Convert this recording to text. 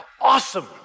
Awesome